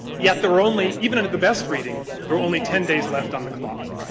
yet there were only even under the best reading there were only ten days left on the clock.